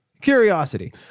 Curiosity